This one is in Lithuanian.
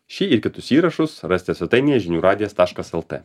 šį ir kitus įrašus rasite svetainėje žinių radijas taškas lt